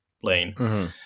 plane